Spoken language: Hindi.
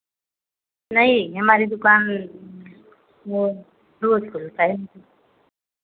नहीं हमारे दुकान वो रोज खुलता है